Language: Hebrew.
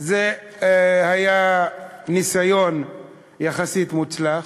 זה היה ניסיון יחסית מוצלח.